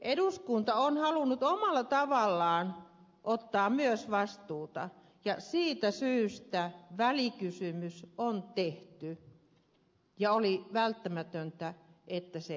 eduskunta on halunnut omalla tavallaan ottaa myös vastuuta ja siitä syystä välikysymys on tehty ja oli välttämätöntä että se tehtiin